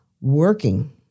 working